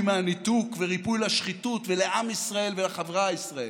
מהניתוק וריפוי לשחיתות ולעם ישראל ולחברה הישראלית.